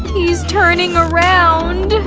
he's turning around.